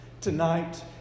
tonight